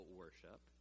worship